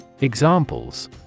examples